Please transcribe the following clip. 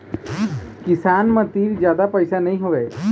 किसान मन तीर जादा पइसा नइ होवय